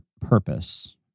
purpose